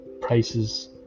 prices